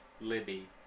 Libby